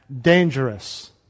dangerous